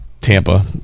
Tampa